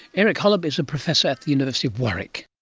eric holub is a professor at the university of warwick